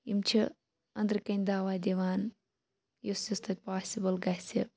یِم چھِ اندرٕ کنہ دوا دِوان یُس یُس تتہِ پاسبل گَژھِ